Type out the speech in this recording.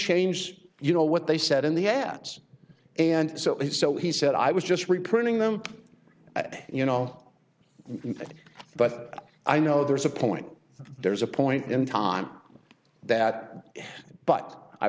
change you know what they said in the ads and so it's so he said i was just reprinting them at you know but i know there's a point there's a point in time that but i